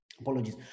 Apologies